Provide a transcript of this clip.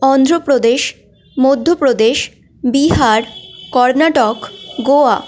Andhra Pradesh Madhya Pradesh Bihar Karnataka Goa